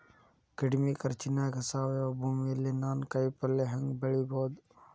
ಕಡಮಿ ಖರ್ಚನ್ಯಾಗ್ ಸಾವಯವ ಭೂಮಿಯಲ್ಲಿ ನಾನ್ ಕಾಯಿಪಲ್ಲೆ ಹೆಂಗ್ ಬೆಳಿಯೋದ್?